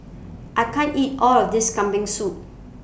I can't eat All of This Kambing Soup